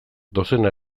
dozena